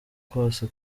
kose